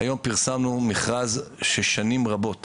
פרסמנו מכרז ששנים רבות